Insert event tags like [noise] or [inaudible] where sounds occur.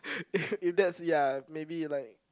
[laughs] if that's ya maybe like